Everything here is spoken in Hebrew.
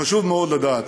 חשוב מאוד לדעת.